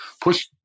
push